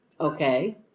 Okay